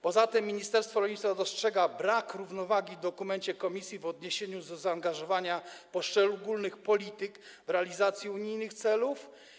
Poza tym ministerstwo rolnictwa dostrzega brak równowagi w dokumencie Komisji w odniesieniu do zaangażowania poszczególnych polityk w realizacji unijnych celów.